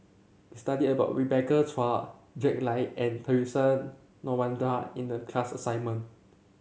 we studied about Rebecca Chua Jack Lai and Theresa Noronha in the class assignment